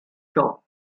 shop